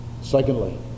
Secondly